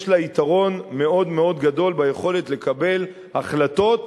יש להן יתרון מאוד מאוד גדול ביכולת לקבל החלטות,